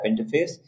interface